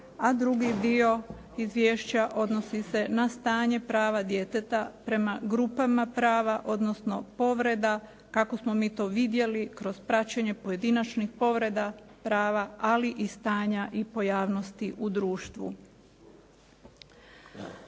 a drugi dio izvješća odnosi se na stanje prava djeteta prema grupama prava odnosno povreda kako smo mi to vidjeli kroz praćenje pojedinačnih povreda prava ali i stanja i pojavnosti u društvu.